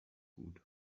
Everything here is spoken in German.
gut